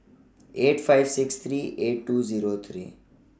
eight five six three eight two Zero three